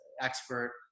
expert